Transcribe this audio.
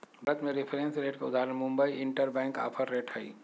भारत में reference rate के उदाहरण मुंबई इंटरबैंक ऑफर रेट हइ